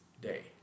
day